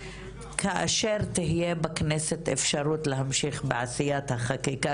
כאשר תהיה בכנסת אפשרות להמשיך בעשיית החקיקה